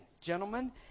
gentlemen